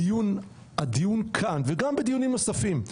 הדיון כאן וגם בדיונים נוספים,